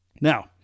Now